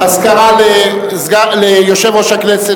אזכרה ליושב-ראש הכנסת